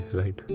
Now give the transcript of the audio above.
right